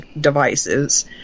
devices